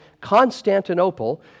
Constantinople